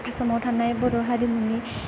आसामाव थानाय बर' हारिमुनि